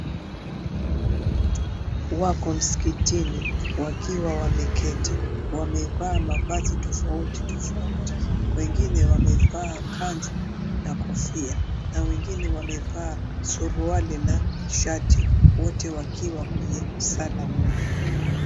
Watu wako msikitini wakiwa wameketi. Wamevaa mavazi tofauti tofauti. Wengine wamevaa kanzu na kofia na wengine wamevaa suruali na shati wote wakiwa kwenye sala moja.